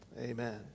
Amen